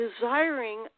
desiring